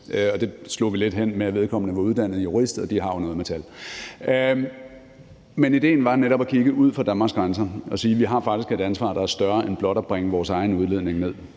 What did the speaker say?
Det slog vi lidt hen med, at vedkommende var uddannet jurist, og de har jo noget med tal. Men idéen var netop at kigge ud over Danmarks grænser og sige, at vi faktisk har et ansvar, der er større end blot at bringe vores egen udledning ned.